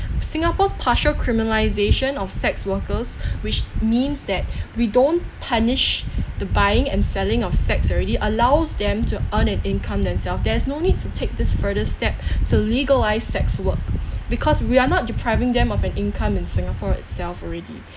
singapore's partial criminalisation of sex workers which means that we don't punish the buying and selling of sex already allows them to earn an income themselves there's no need to take this further step to legalise sex work because we are not depriving them of an income in singapore itself already